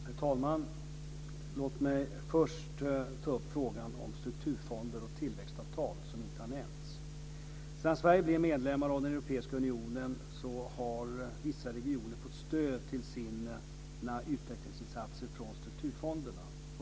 Herr talman! Låt mig först ta upp frågan om strukturfonder och tillväxtavtal, något som inte har nämnts. Sedan vi i Sverige blev medlemmar av den europeiska unionen har vissa regioner fått stöd till sina utvecklingsinsatser från strukturfonderna.